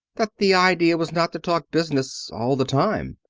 that the idea was not to talk business all the time.